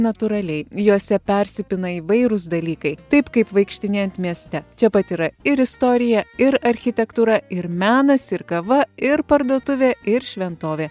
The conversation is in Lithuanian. natūraliai juose persipina įvairūs dalykai taip kaip vaikštinėjant mieste čia pat yra ir istorija ir architektūra ir menas ir kava ir parduotuvė ir šventovė